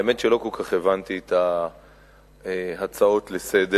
האמת שלא כל כך הבנתי את ההצעות לסדר-היום.